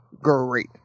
great